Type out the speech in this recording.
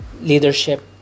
leadership